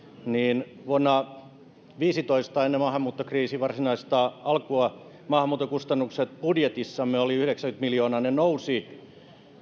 niin vuonna kaksituhattaviisitoista ennen maahanmuuttokriisin varsinaista alkua maahanmuuttokustannukset budjetissamme olivat yhdeksänkymmentä miljoonaa ne nousivat